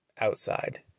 outside